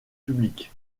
public